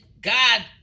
God